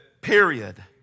Period